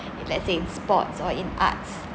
in let's say sports or in arts